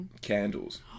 candles